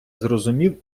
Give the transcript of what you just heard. зрозумів